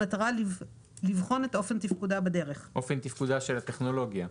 במטרה לבחון את אופן תפקודה בדרך; אופן תפקודה של הטכנולוגיה?